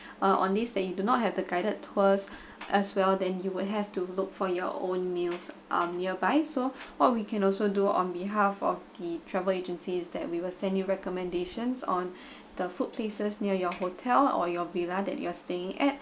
uh on days that you do not have the guided tours as well then you will have to look for your own meals um nearby so what we can also do on behalf of the travel agencies that we will send you recommendations on the food places near your hotel or your villa that you are staying at